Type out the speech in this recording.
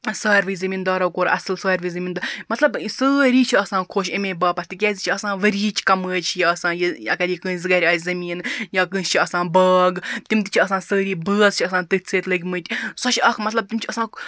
ساروٕے زمیٖنٛدارو کوٚر اصٕل ساروٕے زمیٖنٛدار مَطلَب سٲری چھِ آسان خۄش امے باپَتھ تِکیٛازِ یہِ چھِ آسان ؤریِچ کَمٲے چھِ یہِ آسان اَگَر یہِ کٲنٛسہِ گَرِ آسہِ زمیٖن یا کٲنٛسہِ چھِ آسان باغ تِم تہِ چھِ آسان سٲری بٲژ چھِ آسان تٔتھۍ سۭتۍ لٔگمٕتۍ سۄ چھِ اکھ مَطلَب تِم چھِ آسان